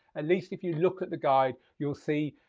at least if you look at the guide, you'll see,